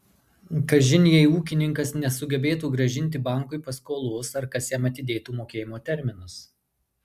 kažin jei ūkininkas nesugebėtų grąžinti bankui paskolos ar kas jam atidėtų mokėjimo terminus